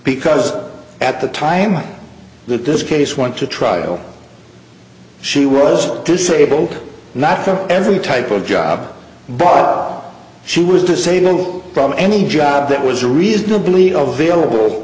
because at the time that this case went to trial she was disabled not from every type of job but she was disabled from any job that was a reasonably of vailable